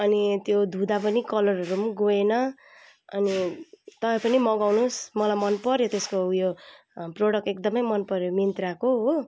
अनि त्यो धुँदा पनि कलरहरू गएन अनि तपाईँ पनि मगाउनु होस् मलाई मन पर्यो त्यसको उयो प्रडक्ट एकदम मन पर्यो मिन्त्राको हो